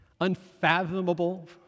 unfathomable